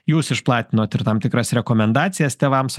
jūs išplatinot ir tam tikras rekomendacijas tėvams